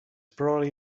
probably